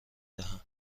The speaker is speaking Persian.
دهم